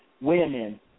women